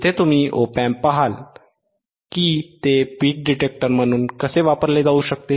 येथे तुम्ही op amp पहाल की ते पीक डिटेक्टर म्हणून कसे वापरले जाऊ शकते